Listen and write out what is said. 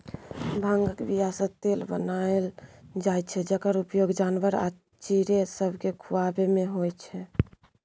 भांगक बीयासँ तेल बनाएल जाइ छै जकर उपयोग जानबर आ चिड़ैं सबकेँ खुआबैमे होइ छै